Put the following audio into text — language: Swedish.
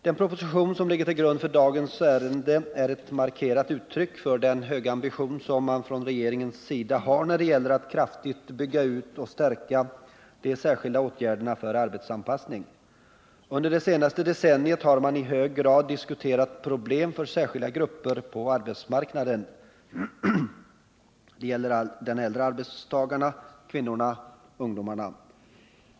Den proposition som ligger till grund för dagens ärende är ett markerat uttryck för den höga ambition som man från regeringens sida har när det gäller att kraftigt bygga ut och stärka de särskilda åtgärderna för arbetsanpassning. Under det senaste decenniet har man i hög grad diskuterat problem för särskilda grupper på arbetsmarknaden: de äldre arbetstagarna, kvinnorna och ungdomarna.